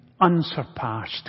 unsurpassed